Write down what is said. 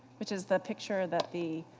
which is the picture that the